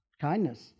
Kindness